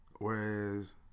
Whereas